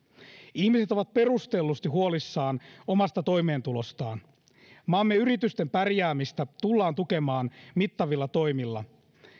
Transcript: ihmiset ovat perustellusti huolissaan omasta toimeentulostaan maamme yritysten pärjäämistä tullaan tukemaan mittavilla toimilla